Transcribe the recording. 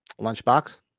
lunchbox